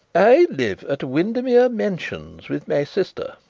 i live at windermere mansions with my sister.